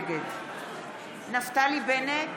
נגד נפתלי בנט,